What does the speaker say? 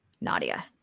Nadia